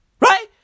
Right